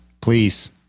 Please